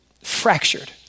fractured